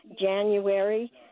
January